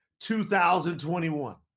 2021